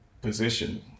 position